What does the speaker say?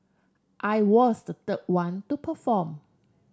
I was the third one to perform